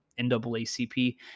NAACP